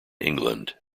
england